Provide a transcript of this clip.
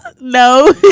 No